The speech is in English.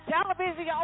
Television